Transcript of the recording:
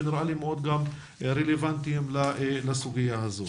ונראה לי מאוד גם רלוונטיים לסוגיה הזו.